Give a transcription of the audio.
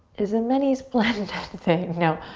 is a many splendid thing, no.